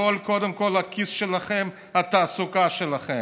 הכול קודם כול לכיס שלכם, התעסוקה שלכם.